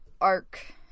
Arc